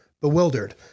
bewildered